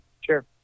Sure